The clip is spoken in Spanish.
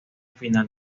final